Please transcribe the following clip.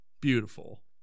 Beautiful